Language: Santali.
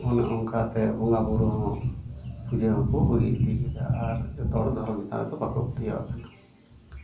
ᱚᱱᱮ ᱚᱱᱠᱟ ᱛᱮ ᱵᱚᱸᱜᱟ ᱵᱩᱨᱩ ᱦᱚᱸ ᱤᱭᱟ ᱦᱚᱸᱠᱚ ᱵᱟᱹᱜᱤ ᱤᱫᱤ ᱠᱮᱫᱟ ᱟᱨ ᱡᱚᱛᱚ ᱦᱚᱲ ᱫᱷᱚᱨᱚᱢ ᱪᱮᱛᱟᱱ ᱨᱮᱫᱚ ᱵᱟᱠᱚ ᱯᱟᱹᱛᱭᱟᱹᱣᱟᱜ ᱠᱟᱱᱟ